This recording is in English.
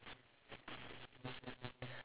but for example if